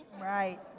Right